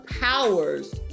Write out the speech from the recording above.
powers